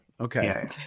Okay